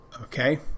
Okay